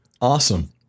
awesome